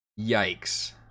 Yikes